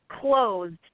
closed